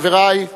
חברי,